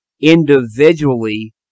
individually